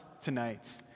tonight